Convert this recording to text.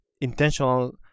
intentional